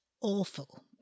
awful